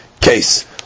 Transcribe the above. case